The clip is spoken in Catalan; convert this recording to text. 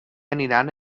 aniran